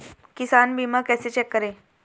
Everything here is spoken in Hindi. किसान बीमा कैसे चेक करें?